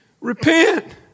Repent